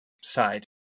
side